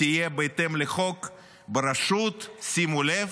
תהיה בהתאם לחוק בראשות, שימו לב,